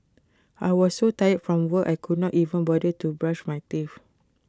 I was so tired from work I could not even bother to brush my teeth